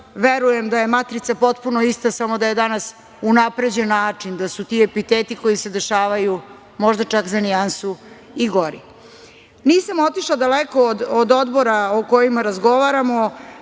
verujem da je matrica potpuno ista samo da je danas unapređen način, da su ti epiteti koji se dešavaju možda čak za nijansu i gori. Nisam otišla daleko od odbora o kojima razgovaramo,